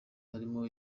harimo